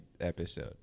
episode